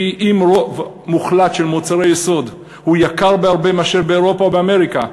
כי אם רוב מוחלט של מוצרי יסוד הוא יקר בהרבה מאשר באירופה או באמריקה,